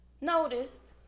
noticed